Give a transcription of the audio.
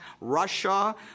Russia